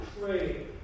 trade